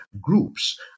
groups